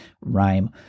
rhyme